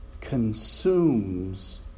consumes